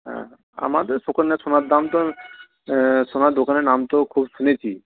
হ্যাঁ আমাদের সুকন্যা সোনার দাম তো সোনার দোকানের নাম তো খুব শুনেছি